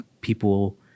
people